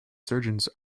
surgeons